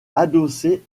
adossé